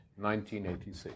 1986